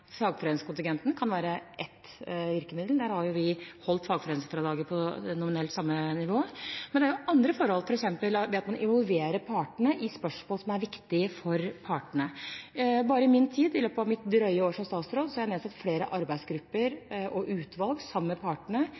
fagforeningskontingenten kan være ett virkemiddel. Der har vi holdt fagforeningsfradraget på det nominelt samme nivået. Men det er andre forhold, f.eks. ved at man involverer partene i spørsmål som er viktige for partene. Bare i min tid, i løpet av mitt drøye år som statsråd, har jeg nedsatt flere arbeidsgrupper og utvalg sammen med partene